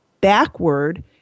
backward